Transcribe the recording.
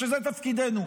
שזה תפקידנו,